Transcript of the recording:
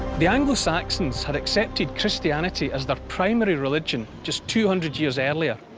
the anglo-saxons had accepted christianity as their primary religion just two hundred years earlier.